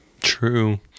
True